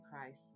Christ